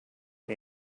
are